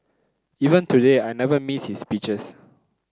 even today I never miss his speeches